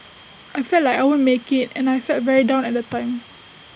I felt like I won't make IT and I felt very down at the time